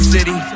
City